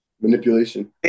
manipulation